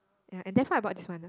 ya and therefore I bought this one